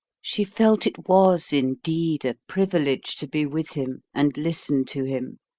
she felt it was indeed a privilege to be with him and listen to him